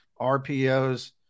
RPOs